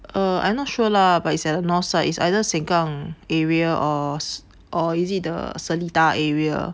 err I'm not sure lah but it's at north side is either Sengkang area or or is it the Seletar area